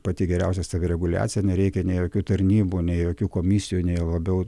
pati geriausia savireguliacija nereikia nei jokių tarnybų nei jokių komisijų nei juo labiau